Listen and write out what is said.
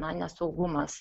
na nesaugumas